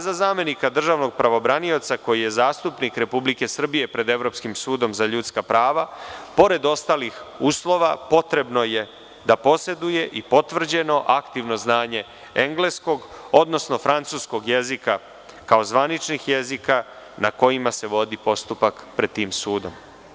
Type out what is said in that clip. Za zamenika državnog pravobranioca, koji je zastupnik Republike Srbije pred Evropskim sudom za ljudska prava, pored ostalih uslova, potrebno je da poseduje i potvrđeno aktivno znanje engleskog, odnosno francuskog jezika, kao zvaničnih jezika na kojima se vodi postupak pred tim sudom.